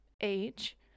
age